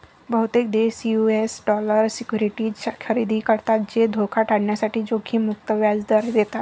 बहुतेक देश US dollar securities खरेदी करतात जे धोका टाळण्यासाठी जोखीम मुक्त व्याज दर देतात